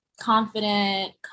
confident